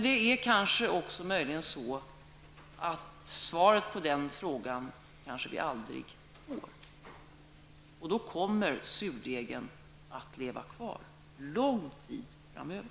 Det är möjligt att vi aldrig får svaret på den frågan. Då kommer surdegen att leva kvar lång tid framöver.